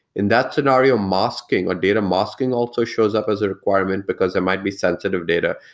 in that scenario, masking or data masking also shows up as a requirement, because it might be sensitive data.